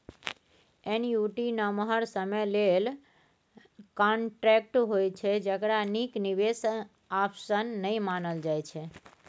annuity नमहर समय लेल कांट्रेक्ट होइ छै जकरा नीक निबेश आप्शन नहि मानल जाइ छै